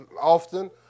often